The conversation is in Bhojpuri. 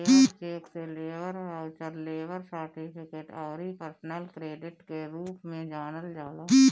लेबर चेक के लेबर बाउचर, लेबर सर्टिफिकेट अउरी पर्सनल क्रेडिट के रूप में जानल जाला